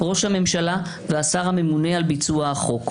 ראש הממשלה והשר הממונה על ביצוע החוק".